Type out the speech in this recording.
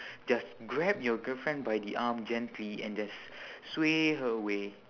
just grab your girlfriend by the arm gently and just sway her away